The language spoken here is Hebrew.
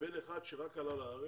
לבין אחד שרק עלה לארץ